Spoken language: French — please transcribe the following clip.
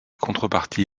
contrepartie